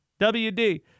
WD